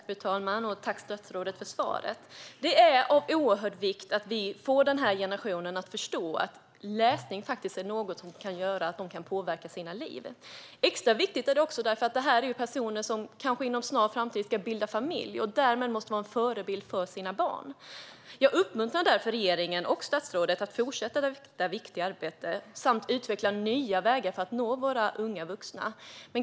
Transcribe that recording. Fru talman! Tack, statsrådet, för svaret! Det är av oerhörd vikt att vi får denna generation att förstå att läsning är något som kan påverka deras liv. Extra viktigt är det också eftersom det handlar om personer som kanske inom en snar framtid ska bilda familj och därmed ska vara en förebild för sina barn. Jag uppmuntrar därför regeringen och statsrådet att fortsätta det viktiga arbetet samt utveckla nya vägar för att nå våra unga vuxna.